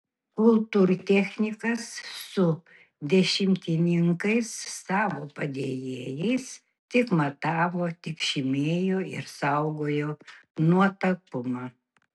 kultūrtechnikas su dešimtininkais savo padėjėjais tik matavo tik žymėjo ir saugojo nuotakumą